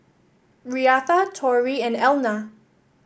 Reatha Torrie and Elna